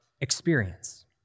experience